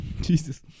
Jesus